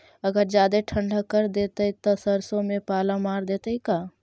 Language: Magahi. अगर जादे ठंडा कर देतै तब सरसों में पाला मार देतै का?